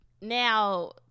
now